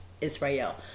israel